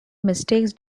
mistakes